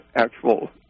actual